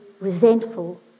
resentful